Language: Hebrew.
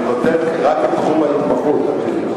אני כותב רק את תחום ההתמחות, את תראי.